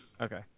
okay